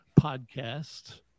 podcast